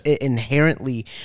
inherently